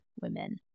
women